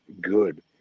good